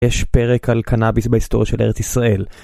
יש פרק על קנאביס בהיסטוריה של ארץ ישראל